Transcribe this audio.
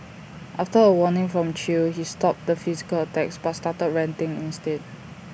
after A warning from chew he stopped the physical attacks but started ranting instead